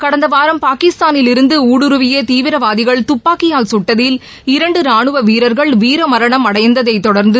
கடந்த வாரம் பாகிஸ்தானில் இருந்து ஊடுருவிய தீவிரவாதிகள் துப்பாக்கியால் சுட்டதில் இரண்டு ரானுவ வீரர்கள் வீரமரணம் அடைந்ததைத் தொடர்ந்து